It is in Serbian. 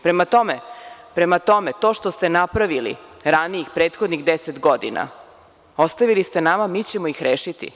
Prema tome, to što ste napravili ranijih, prethodnih deset godina, ostavili ste nama, mi ćemo ih rešiti.